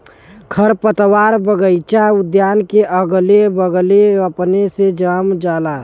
खरपतवार बगइचा उद्यान के अगले बगले अपने से जम जाला